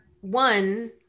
one